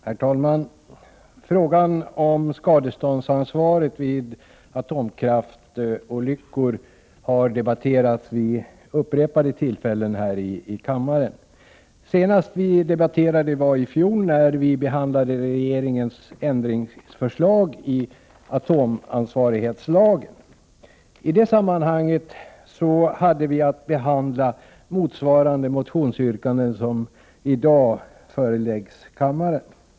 Herr talman! Frågan om skadeståndsansvaret vid kärnkraftsolyckor har debatterats vid upprepade tillfällen i kammaren. Senast vi debatterade var i fjol när vi behandlade regeringens förslag till ändring i atomansvarighetslagen. I det sammanhanget hade vi att behandla motsvarande motionsyrkanden som i dag föreläggs kammaren.